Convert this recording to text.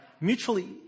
Mutually